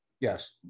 Yes